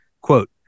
Quote